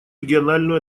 региональную